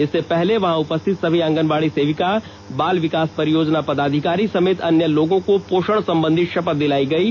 इससे पहले वहां उपस्थित सभी आंगनबाड़ी सेविका बाल विकास परियोजना पदाधिकारी सहित अन्य लोगों को पोषण संबंधी शपथ दिलायी गयी